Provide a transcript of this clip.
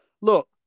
look